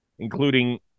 including